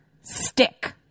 stick